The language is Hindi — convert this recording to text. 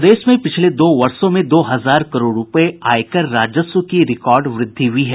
प्रदेश में पिछले दो वर्षो में दो हजार करोड़ रूपये आयकर राजस्व की रिकॉर्ड वृद्धि हुई है